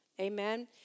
Amen